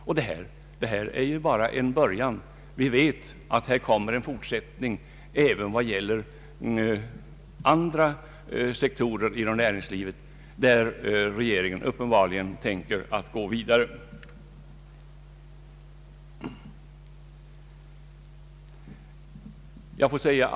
Men detta är bara en början, ty vi vet att regeringen uppenbarligen tänker fortsätta på samma väg inom andra sektorer av näringslivet.